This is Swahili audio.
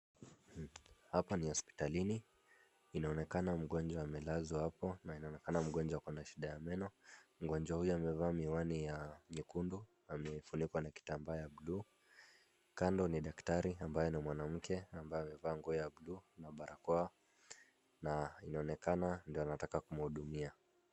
Hapa ni hospitalini, inaonekana mgonjwa amelazwa hapo, na inaonekana mgonjwa ako na shida ya meno. Mgonjwa huyu amevaa miwani ya nyekundu, amefunikwa na kitambaa ya buluu. Kando ni daktari ambaye ni mwanamke, ambaye amevaa nguo ya buluu, na barakoa na inaonekana ndio anataka kumhudumia.